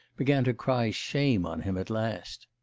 began to cry shame on him at last.